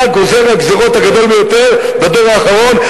אתה גוזר הגזירות הגדול ביותר בדור האחרון.